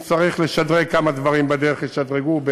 אם צריך לשדרג כמה דברים בדרך, ישדרגו.